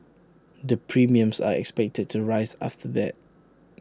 the premiums are expected to rise after that